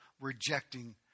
rejecting